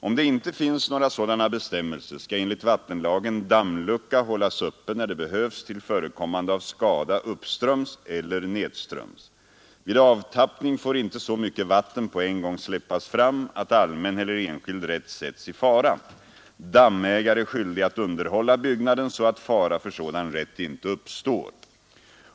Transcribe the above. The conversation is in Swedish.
Om det inte finns några sådana bestämmelser, skall enligt vattenlagen dammlucka hållas öppen när det behövs till förekommande av skada uppströms eller nedströms. Vid avtappning får inte så mycket vatten på en gång släppas fram att allmän eller enskild rätt sätts i fara. Dammägare är skyldig att underhålla byggnaden så att fara för sådan rätt inte uppstår.